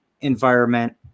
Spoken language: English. environment